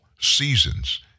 seasons